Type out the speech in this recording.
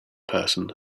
person